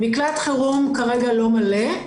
מקלט החירום כרגע לא מלא,